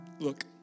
Look